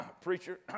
preacher